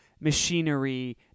machinery